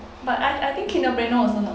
but I I think kinder bueno also